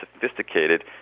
sophisticated